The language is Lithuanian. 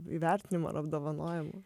įvertinimų ir apdovanojimų